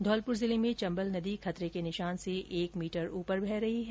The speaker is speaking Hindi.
धौलपुर जिले में चम्बल नदी खतरे के निशान से एक मीटर उपर बह रही है